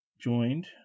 Joined